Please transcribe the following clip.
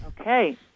Okay